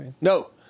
No